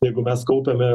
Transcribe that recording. jeigu mes kaupiame